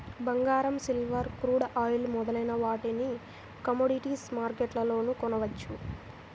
బంగారం, silver, crude oil మొదలైన వాటిని కమోడిటీస్ మార్కెట్లోనే కొనవచ్చు